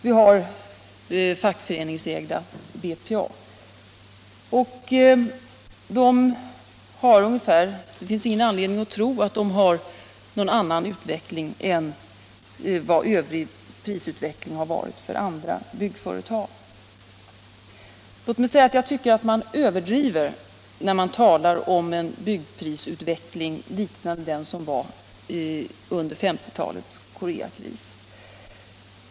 Vi har vidare det fackföreningsägda BPA. Det finns ingen anledning att tro att dessa kunnat visa någon annan utveckling än vad som gäller andra byggföretag. Jag tycker att man överdriver när man talar om en byggprisutveckling liknande den som rådde vid 1950-talets Koreakris.